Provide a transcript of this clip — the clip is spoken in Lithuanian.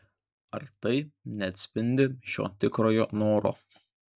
ar tai neatspindi šio tikrojo noro